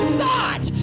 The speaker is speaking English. thought